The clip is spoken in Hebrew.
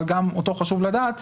אבל גם אותו חשוב לדעת,